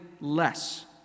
less